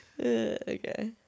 Okay